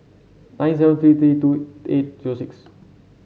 nine seven three three two eight zero six